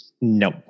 No